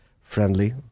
friendly